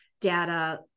data